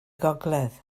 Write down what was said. gogledd